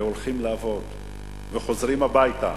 הולכים לעבוד וחוזרים הביתה.